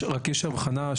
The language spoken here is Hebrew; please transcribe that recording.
רק יש הבחנה,